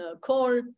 call